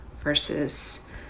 versus